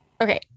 Okay